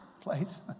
place